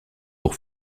pour